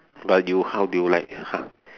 but you how do you like !huh!